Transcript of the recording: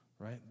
right